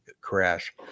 crash